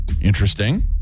Interesting